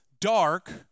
dark